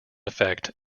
effect